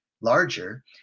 larger